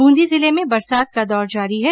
बूंदी जिले में बरसात का दौर जारी है